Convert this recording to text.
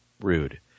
rude